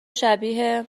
شبیه